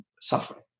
suffering